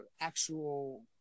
actual